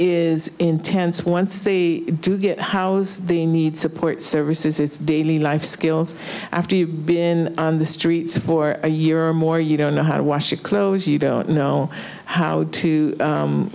is intense once they do get how's the need support services it's daily life skills after you've been on the streets for a year or more you don't know how to wash clothes you don't know how to u